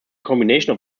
combination